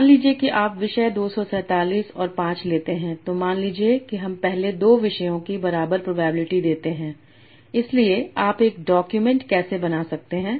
मान लीजिए कि आप विषय 247 और 5 लेते हैं तो मान लीजिए कि हम पहले 2 विषयों की बराबर प्रोबेबिलिटी देते हैं इसलिए आप एक डॉक्यूमेंट कैसे बना सकते हैं